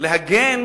להגן